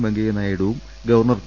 വെങ്കയ്യ നായിഡുവും governor P